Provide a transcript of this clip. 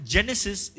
Genesis